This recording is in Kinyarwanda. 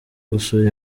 gusura